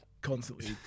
constantly